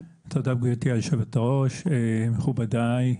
תודה, גברתי היושבת-ראש, מכובדי.